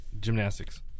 Gymnastics